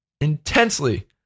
intensely